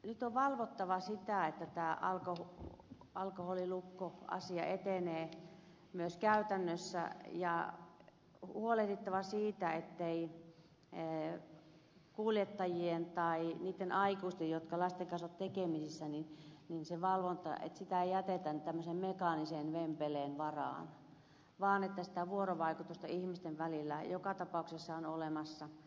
nyt on valvottava sitä että tämä alkoholilukkoasia etenee myös käytännössä ja huolehdittava siitä ettei kuljettajien tai niitten aikuisten jotka lasten kanssa ovat tekemisissä valvontaa jätetä tämmöisen mekaanisen vempeleen varaan vaan että sitä vuorovaikutusta ihmisten välillä joka tapauksessa on olemassa